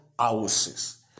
houses